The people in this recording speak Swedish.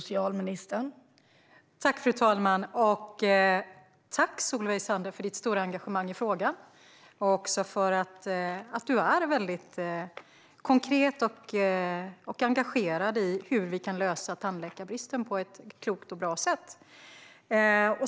Fru talman! Tack, Solveig Zander, för ditt stora engagemang i frågan och för att du är konkret och engagerad i hur vi kan lösa tandläkarbristen på ett klokt och bra sätt!